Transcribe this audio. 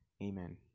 Amen